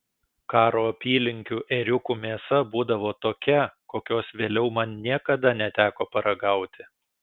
karo apylinkių ėriukų mėsa būdavo tokia kokios vėliau man niekada neteko paragauti